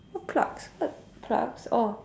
what clucks what clucks oh